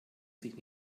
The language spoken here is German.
sich